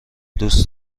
دوست